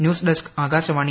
news desk Akashvani